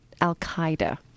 Al-Qaeda